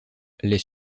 les